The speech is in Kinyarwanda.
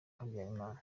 habyarimana